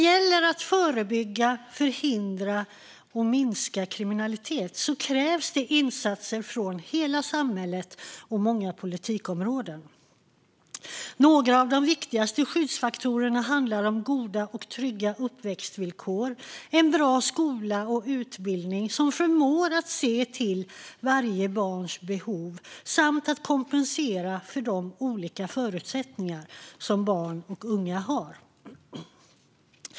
För att förebygga, förhindra och minska kriminalitet krävs insatser från hela samhället och många politikområden. Några av de viktigaste skyddsfaktorerna handlar om goda och trygga uppväxtvillkor, en bra skola och utbildning som förmår att se till varje barns behov samt att kompensera för de olika förutsättningar som barn och unga har.